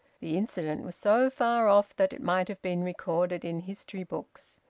the incident was so far off that it might have been recorded in history books.